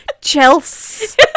Chelsea